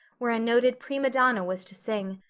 where a noted prima donna was to sing.